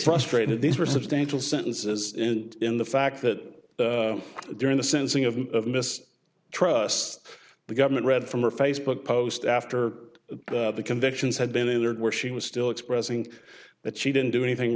frustrated these were substantial sentences and in the fact that during the sentencing of miss trust the government read from her facebook post after the convictions had been there where she was still expressing that she didn't do anything